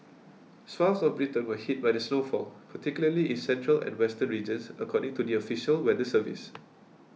swathes of Britain were hit by the snowfall particularly in central and western regions according to the official weather service